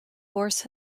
horse